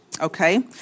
Okay